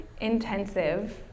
intensive